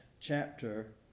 chapter